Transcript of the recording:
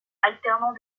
alternant